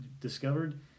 discovered